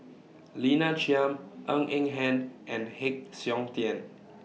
Lina Chiam Ng Eng Hen and Heng Siok Tian